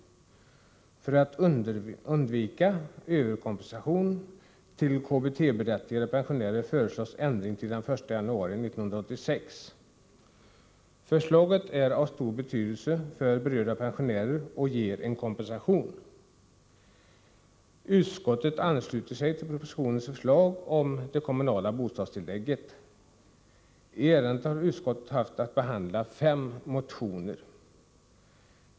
För att undvika överkompensation till KBT-berättigade pensionärer föreslås ändringen träda i kraft den 1 januari 1986. Förslaget är av stor betydelse för berörda pensionärer och ger en kompensation. I ärendet har utskottet haft att behandla fem motioner.